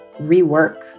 rework